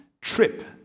trip